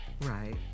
Right